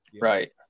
Right